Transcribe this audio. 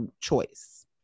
choice